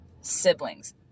siblings